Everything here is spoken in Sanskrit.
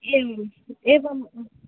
एवम् एवहम्